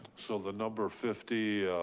so the number fifty,